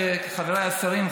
חבריי השרים,